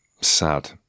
sad